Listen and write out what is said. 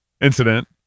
incident